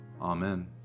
Amen